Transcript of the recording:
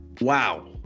Wow